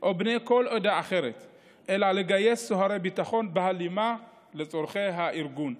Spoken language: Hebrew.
או בני כל עדה אחרת אלא לגייס סוהרי ביטחון בהלימה לצורכי הארגון.